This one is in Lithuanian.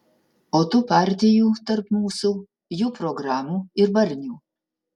o tų partijų tarp mūsų jų programų ir barnių